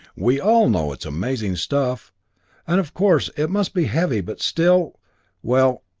we all know it's amazing stuff and of course, it must be heavy but still well,